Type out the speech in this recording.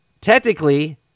technically